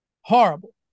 horrible